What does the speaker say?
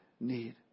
need